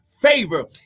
favor